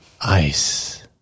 Ice